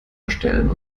erstellen